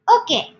Okay